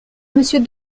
monsieur